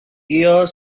your